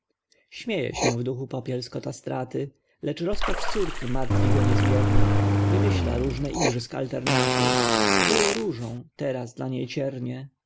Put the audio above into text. śmieje się w duchu popiel z kota straty lecz rozpacz córki martwi go niezmiernie wymyśla różne igrzysk alternaty co było różą teraz dla